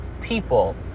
people